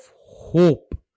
hope